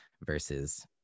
versus